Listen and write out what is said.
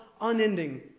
unending